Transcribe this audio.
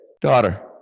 Daughter